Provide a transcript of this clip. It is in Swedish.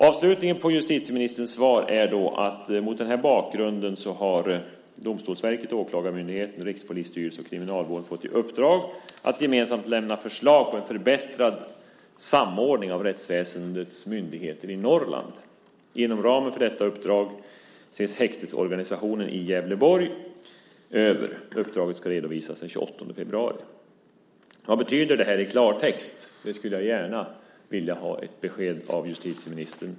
Avslutningen på justitieministerns svar lyder: "Mot denna bakgrund har Domstolsverket, Åklagarmyndigheten, Rikspolisstyrelsen och Kriminalvården fått i uppdrag att gemensamt lämna förslag på en förbättrad samordning av rättsväsendets myndigheter i Norrland. Inom ramen för detta uppdrag ses häktesorganisationen i Gävleborgsregionen över. Uppdraget ska redovisas senast den 28 februari 2007." Vad betyder det i klartext? Det skulle jag gärna vilja ha ett besked om av justitieministern.